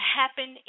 happen